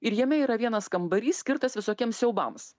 ir jame yra vienas kambarys skirtas visokiems siaubams